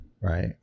right